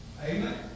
Amen